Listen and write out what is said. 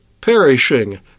Perishing